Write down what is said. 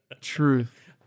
truth